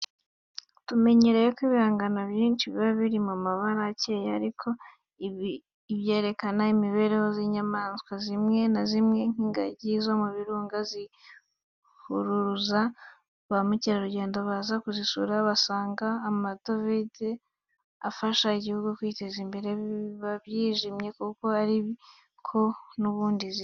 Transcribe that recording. Tumenyereye ko ibihangano byinshi biba biri mu mabara acyeye, ariko ibyerekana imibereho y'inyamaswa zimwe na zimwe, nk'ingagi zo mu birunga zihuruza ba mukerarugendo baza kuzisura bagasiga amadovize, afasha igihugu kwiteza imbere, biba byijimye kuko ariko n'ubundi zisa.